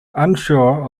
unsure